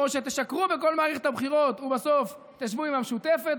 או שתשקרו בכל מערכת הבחירות ובסוף תשבו עם המשותפת,